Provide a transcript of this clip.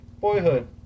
Boyhood